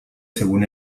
según